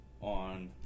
on